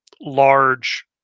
large